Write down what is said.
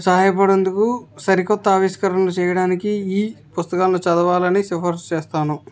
సహాయపడేందుకు సరికొత్త ఆవిష్కరణలు చేయడానికి ఈ పుస్తకాలను చదవాలని సిఫార్సు చేస్తాను